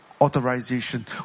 Authorization